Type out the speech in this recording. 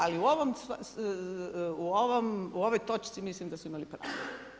Ali u ovoj točci mislim da su imali pravo.